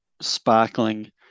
sparkling